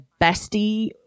bestie